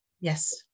yes